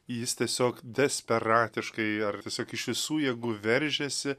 jis tiesiog desperatiškai ar tiesiog iš visų jėgų veržiasi